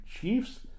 Chiefs